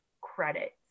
credit